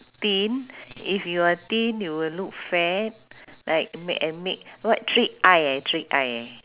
thin if you are thin you will look fat like make and make what trick eye eh trick eye eh